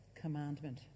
commandment